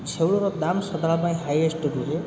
ଶେଉଳର ଦାମ୍ ସଦାବେଳ ପାଇଁ ହାଇଏଷ୍ଟ ରୁହେ